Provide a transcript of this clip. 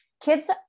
kids